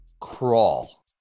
crawl